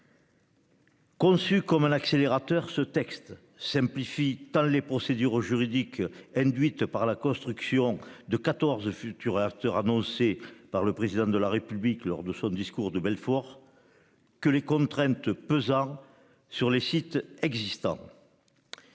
Conçu comme un accélérateur, ce texte simplifie tant les procédures juridiques préalables à la construction des quatorze EPR, annoncée par le Président de la République lors de son discours de Belfort, que les contraintes pesant sur les sites existants.